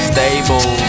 Stable